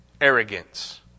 Arrogance